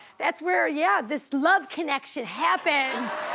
that's where yeah, this love connection happens.